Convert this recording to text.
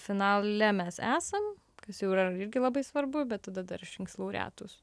finale mes esam kas jau yra irgi labai svarbu bet tada dar išrinks laureatus